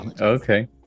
okay